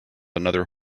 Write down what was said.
another